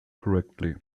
correctly